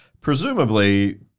Presumably